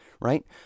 right